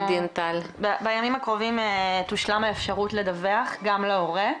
בימים הקרובים תושלם האפשרות לדווח גם להורה.